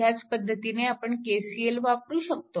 ह्याच पद्धतीने आपण KCL वापरू शकतो